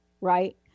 right